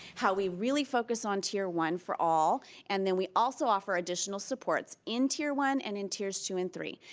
how we really focus on tier one for all and then we also offer additional supports in tier one and in tiers two and three.